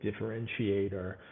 differentiator